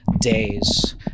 days